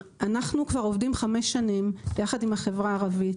אנחנו עובדים כבר חמש שנים עם החברה הערבית,